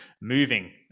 moving